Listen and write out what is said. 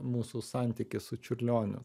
mūsų santykis su čiurlioniu